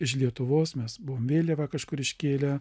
iš lietuvos mes buvom vėliavą kažkur iškėlę